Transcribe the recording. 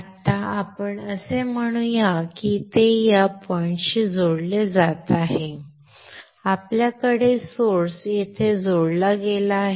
आत्ता आपण असे म्हणू या की ते या बिंदूशी जोडले जात आहे आपल्याकडे सोर्स येथे जोडला गेला आहे